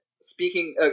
speaking